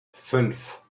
fünf